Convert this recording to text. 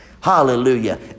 Hallelujah